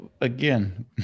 again